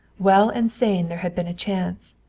well and sane there had been a chance,